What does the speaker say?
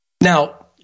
Now